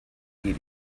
media